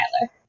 tyler